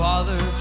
Father